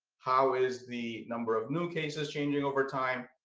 how is the number of new cases changing over time?